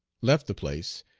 left the place,